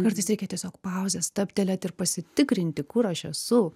kartais reikia tiesiog pauzės stabtelėti ir pasitikrinti kur aš esu